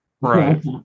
Right